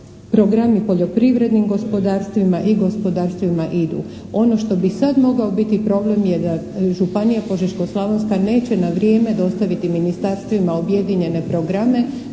programi poljoprivrednim gospodarstvima i gospodarstvima idu. Ono što bi sada mogao biti problem je da županija Požeško-slavonska neće na vrijeme dostaviti ministarstvima objedinjene programe